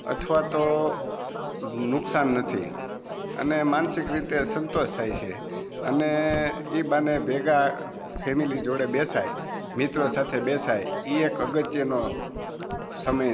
અથવા તો નુકસાન નથી અને માનસિક રીતે સંતોષ થાય છે અને એ બહાને ભેગા ફેમેલી જોડે બેસાય મિત્રો સાથે બેસાય એ એક અગત્યનો સમય